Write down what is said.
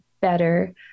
better